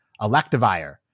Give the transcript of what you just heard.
Electivire